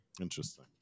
Interesting